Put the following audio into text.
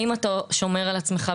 האם אתה שומר על עצמך,